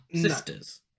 sisters